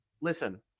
listen